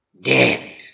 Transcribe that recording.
dead